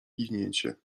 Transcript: kiwnięcie